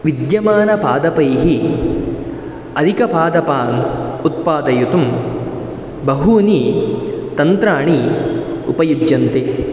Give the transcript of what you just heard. विद्यमानपादपैः अधिकपादपान् उत्पादयितुं बहूनि तन्त्राणि उपयुज्यन्ते